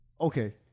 Okay